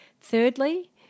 Thirdly